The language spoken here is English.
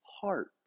heart